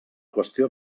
qüestió